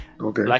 Okay